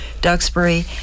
Duxbury